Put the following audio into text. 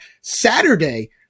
Saturday